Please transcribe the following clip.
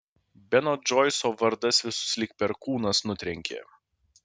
beno džoiso vardas visus lyg perkūnas nutrenkė